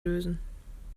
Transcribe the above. lösen